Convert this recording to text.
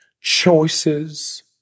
Choices